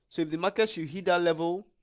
so if the market should hit that level